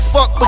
Fuck